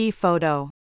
Photo